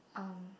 um